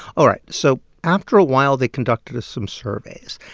all right. so after a while, they conducted some surveys.